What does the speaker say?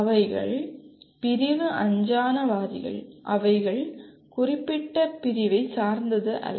அவைகள் பிரிவு அஞ்ஞானவாதிகள் அவைகள் குறிப்பிட்ட பிரிவை சார்ந்து இல்லை